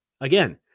Again